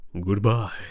Goodbye